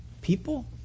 People